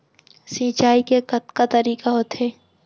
सिंचाई के कतका तरीक़ा होथे?